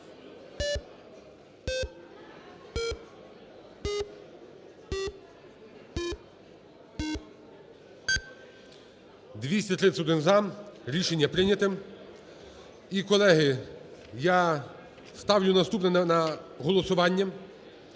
За-231 Рішення прийнято. І, колеги, я ставлю наступне на голосування